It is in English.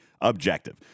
objective